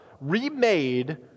remade